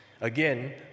Again